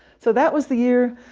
so that was the year,